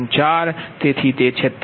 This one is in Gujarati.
4 તેથી તે 46